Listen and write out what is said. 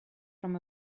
from